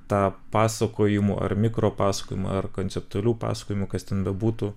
tą pasakojimų ar mikropasakojimų ar konceptualių pasakojimų kas ten bebūtų